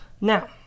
now